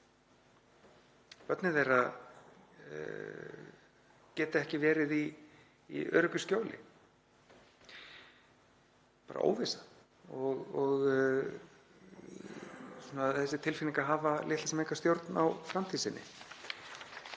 börnin þeirra geti ekki verið í öruggu skjóli. Bara óvissa og þessi tilfinning að hafa litla sem enga stjórn á framtíð sinni.